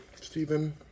Stephen